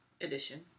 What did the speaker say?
edition